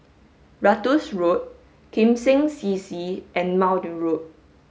Ratus Road Kim Seng C C and Maude Road